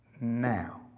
now